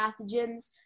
pathogens